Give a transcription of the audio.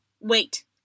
Wait